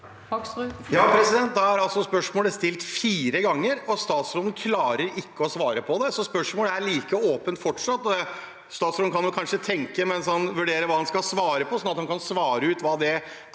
Da er spørsmålet stilt fire ganger, og statsråden klarer ikke å svare på det. Spørsmålet er fortsatt like åpent. Statsråden kan kanskje tenke mens han vurderer hva han skal svare på, så han kan svare ut hva det